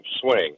swing